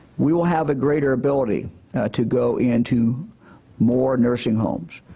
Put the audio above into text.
we will have a greater ability to go into more nursing homes,